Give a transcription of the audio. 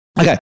Okay